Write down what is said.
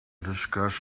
discuss